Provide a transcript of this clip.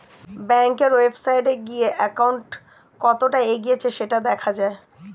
ব্যাংকের ওয়েবসাইটে গিয়ে অ্যাকাউন্ট কতটা এগিয়েছে সেটা দেখা যায়